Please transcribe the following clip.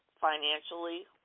financially